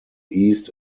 east